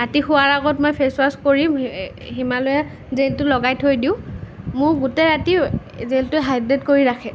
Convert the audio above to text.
ৰাতি শোৱাৰ আগত মই ফেছ্ ৱাছ কৰি হিমালয়া জেলটো লগাই থৈ দিওঁ মোৰ গোটেই ৰাতি জেলটোৱে হাইড্ৰেট কৰি ৰাখে